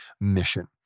mission